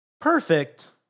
perfect